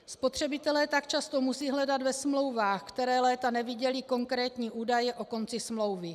Spotřebitelé tak často musí hledat ve smlouvách, které léta neviděli, konkrétní údaje o konci smlouvy.